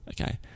okay